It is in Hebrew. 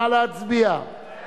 נא להצביע.